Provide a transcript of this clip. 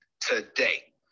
today